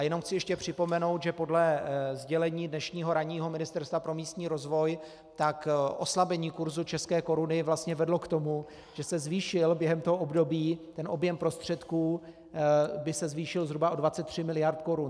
Jenom chci ještě připomenout, že podle dnešního ranního sdělení Ministerstva pro místní rozvoj oslabení kurzu české koruny vlastně vedlo k tomu, že se zvýšil během toho období, ten objem prostředků by se zvýšil zhruba o 23 miliard korun.